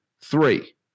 three